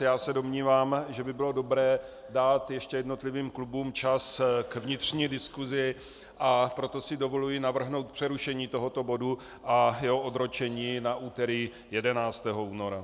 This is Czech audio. Já se domnívám, že by bylo dobré dát ještě jednotlivým klubům čas k vnitřní diskusi, a proto si dovoluji navrhnout přerušení tohoto bodu a jeho odročení na úterý 11. února.